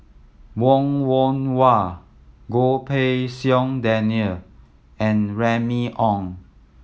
Wong Yoon Wah Goh Pei Siong Daniel and Remy Ong